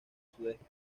sudeste